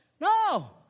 No